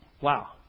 Wow